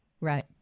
Right